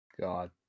God